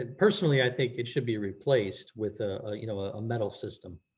ah personally, i think it should be replaced with a ah you know ah metal system,